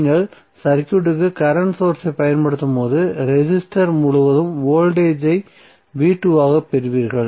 நீங்கள் சர்க்யூட்டுக்கு current source ஐ பயன்படுத்தும்போது ரெசிஸ்டர் முழுவதும் வோல்டேஜ் ஐ ஆகப் பெறுவீர்கள்